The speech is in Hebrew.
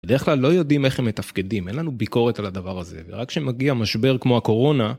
בדרך כלל לא יודעים איך הם מתפקדים, אין לנו ביקורת על הדבר הזה, ורק כשמגיע משבר כמו הקורונה...